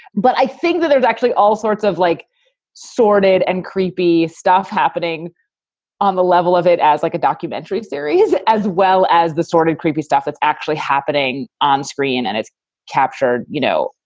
but i think that there's actually all sorts of like sordid and creepy stuff happening on the level of it as like a documentary series as well as the sort of creepy stuff that's actually happening on screen. and it's captured, you know,